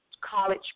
college